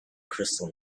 crystal